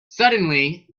suddenly